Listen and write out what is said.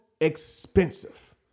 expensive